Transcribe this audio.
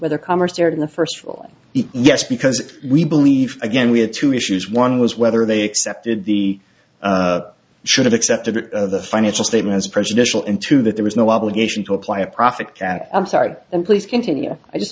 all yes because we believe again we have two issues one was whether they accepted the should have accepted the financial statements prejudicial into that there was no obligation to apply a profit that i'm sorry and please continue i just